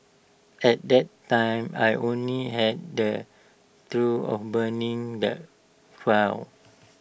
at that time I only had the thought of burning the file